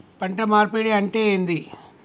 పంట మార్పిడి అంటే ఏంది?